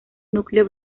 núcleo